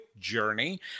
journey